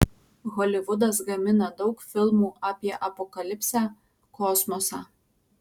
holivudas gamina daug filmų apie apokalipsę kosmosą